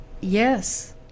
yes